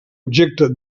objecte